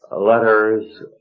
Letters